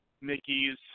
Mickey's